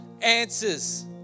answers